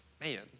man